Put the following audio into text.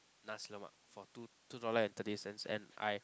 Nasi-Lemak for two two dollar and thirty cents and I